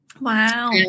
Wow